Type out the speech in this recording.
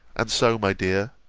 and so, my dear,